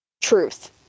Truth